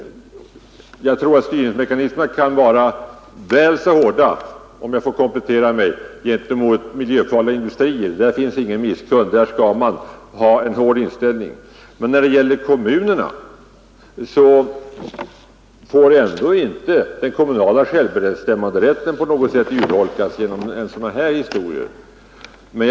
Jag anser dock att styrningsmekanismerna kan vara väl så hårda gentemot miljöfarliga industrier. Därvidlag får inte finnas någon misskund, utan man skall vara mycket bestämd. Men den kommunala självbestämmanderätten får inte urholkas genom sådana här styrningar.